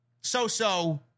so-so